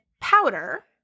powder